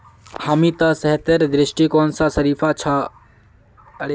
हामी त सेहतेर दृष्टिकोण स शरीफा खा छि